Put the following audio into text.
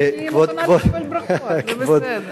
אבל אני מוכנה לקבל ברכות, זה בסדר.